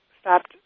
stopped